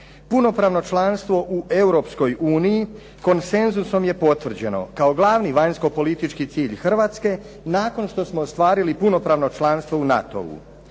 Punopravno članstvo u Europskoj uniji konsenzusom je potvrđeno kao glavni vanjskopolitički cilj Hrvatske nakon što smo ostvarili punopravno članstvo u NATO-u.